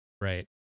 Right